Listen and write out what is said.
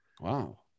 Wow